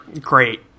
Great